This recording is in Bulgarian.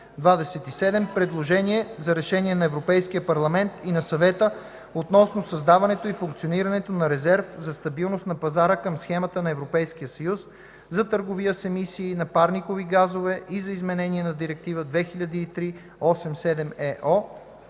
27. Предложение за Решение на Европейския парламент и на Съвета относно създаването и функционирането на резерв за стабилност на пазара към Схемата на ЕС за търговия с емисии на парникови газове и за изменение на Директива 2003/87/ЕО.